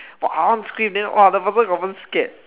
!wah! I want to scream then !wah! the person confirm scared